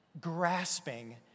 grasping